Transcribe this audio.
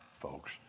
folks